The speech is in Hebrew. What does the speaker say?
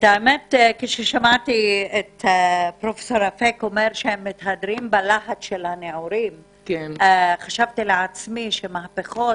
כששמעתי את פרופסור אפק מדבר על להט הנעורים אז חשבתי לעצמי שמהפכות